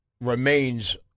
remains